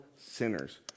sinners